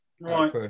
Right